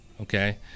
Okay